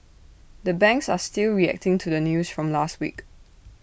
the banks are still reacting to the news from last week